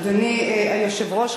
אדוני היושב-ראש,